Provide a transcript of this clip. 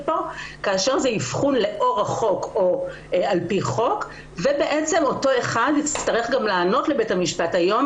פה כאשר זה אבחון לפי חוק ואותו אחד יצטרך לענות לבית המשפט היום